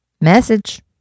message